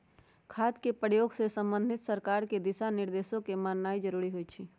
खाद के प्रयोग से संबंधित सरकार के दिशा निर्देशों के माननाइ जरूरी होइ छइ